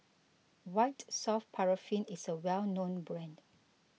White Soft Paraffin is a well known brand